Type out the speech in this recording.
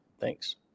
Thanks